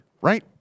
right